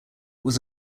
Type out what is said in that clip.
was